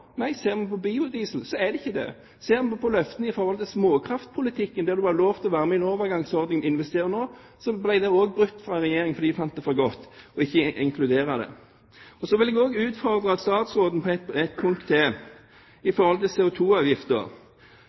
Nei, ser man på biodiesel, så er det ikke det. Ser man på løftene med hensyn til småkraftpolitikken, der det var lov til å være med i en overgangsordning og investere nå, så ble også løftene fra Regjeringen brutt fordi de fant det for godt ikke å inkludere det. Så vil jeg også utfordre statsråden på et punkt